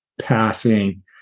passing